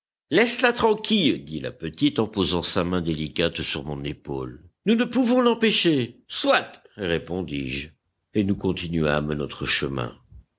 laisse-la tranquille dit la petite en posant sa main délicate sur mon épaule nous ne pouvons l'empêcher soit répondis-je et nous continuâmes notre chemin